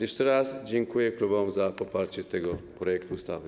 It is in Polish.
Jeszcze raz dziękuję klubom za poparcie tego projektu ustawy.